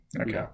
Okay